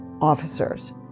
officers